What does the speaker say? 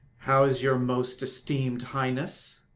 how is your most esteemed highness?